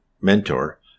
mentor